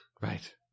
right